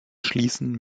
schließen